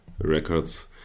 Records